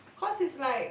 cause it's like